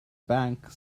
bank